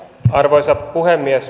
arvoisa puhemies